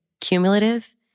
cumulative